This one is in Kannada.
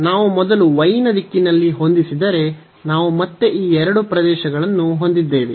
ನಾವು ಮೊದಲು y ನ ದಿಕ್ಕಿನಲ್ಲಿ ಹೊಂದಿಸಿದರೆ ನಾವು ಮತ್ತೆ ಈ ಎರಡು ಪ್ರದೇಶಗಳನ್ನು ಹೊಂದಿದ್ದೇವೆ